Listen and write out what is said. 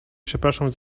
przepraszam